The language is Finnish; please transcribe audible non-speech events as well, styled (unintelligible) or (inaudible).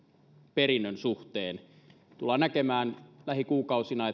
perinnön suhteen tullaan näkemään lähikuukausina (unintelligible)